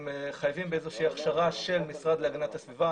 הם חייבים באיזה שהיא הכשרה של המשרד להגנת הסביבה,